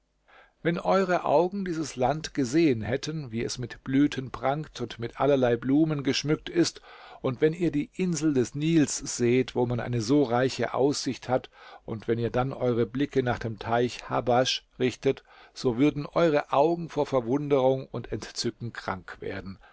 wenn eure augen dieses land gesehen hätten wie es mit blüten prangt und mit allerlei blumen geschmückt ist und wenn ihr die insel des nils seht wo man eine so reiche aussicht hat und wenn ihr dann eure blicke nach dem teich habasches darf hier nicht an äthiopien gedacht worden sondern an einen teich der in der gegend von kahirah diesen namen hatte richtet so würden eure augen vor verwunderung und entzücken krank werden